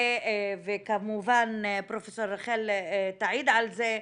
וכמובן פרופ' רחל תעיד על זה,